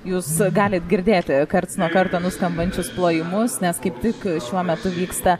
jūs galit girdėti karts nuo karto nuskambančius plojimus nes kaip tik šiuo metu vyksta